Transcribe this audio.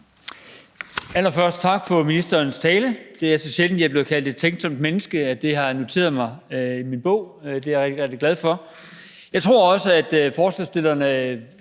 Allerførst tak for ministerens tale. Det er så sjældent, at jeg bliver kaldt et tænksomt menneske, at jeg har noteret det i min bog – det er jeg rigtig, rigtig glad for. Jeg tror også, at forslagsstillerne